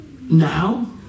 now